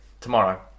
tomorrow